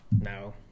No